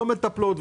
לא מטפלות,